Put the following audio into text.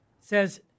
says